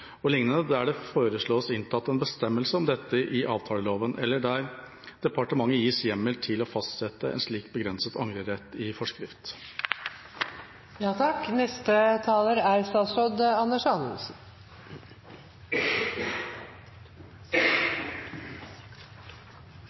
der det foreslås inntatt en bestemmelse om dette i avtaleloven, eller der departementet gis hjemmel til å fastsette en slik begrenset angrerett i forskrift.» Før statsråd Anders Anundsen får ordet, er